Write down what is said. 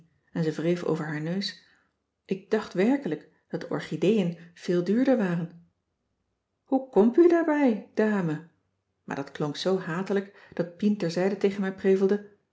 en ze wreef over haar neus ik dacht werkelijk dat orchideeën veel duurder waren hoe komp u erbij dame maar dat klonk zoo hatelijk dat pien terzijde tegen mij prevelde